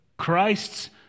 Christ's